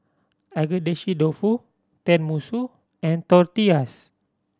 Agedashi Dofu Tenmusu and Tortillas